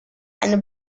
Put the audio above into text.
eine